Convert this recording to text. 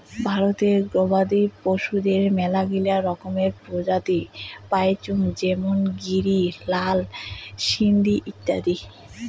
ভারতে গবাদি পশুদের মেলাগিলা রকমের প্রজাতি পাইচুঙ যেমন গিরি, লাল সিন্ধি ইত্যাদি